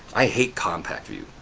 i hate compact view,